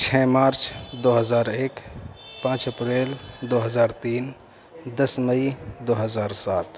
چھ مارچ دو ہزار ایک پانچ اپریل دو ہزار تین دس مئی دو ہزار سات